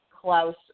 Klaus